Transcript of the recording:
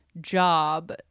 job